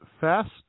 Fast